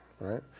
right